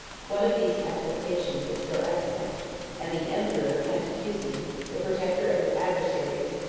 one of these attestations is still extant and the emperor cantacuzene, the protector of his adversaries,